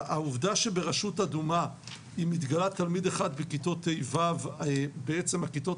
העובדה שברשות אדומה אם התגלה תלמיד אחד בכיתות ה'-ו' אז בעצם הכיתות